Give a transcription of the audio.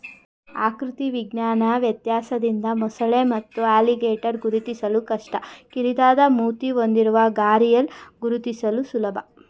ಆಕೃತಿ ವಿಜ್ಞಾನ ವ್ಯತ್ಯಾಸದಿಂದ ಮೊಸಳೆ ಮತ್ತು ಅಲಿಗೇಟರ್ ಗುರುತಿಸಲು ಕಷ್ಟ ಕಿರಿದಾದ ಮೂತಿ ಹೊಂದಿರುವ ಘರಿಯಾಲ್ ಗುರುತಿಸಲು ಸುಲಭ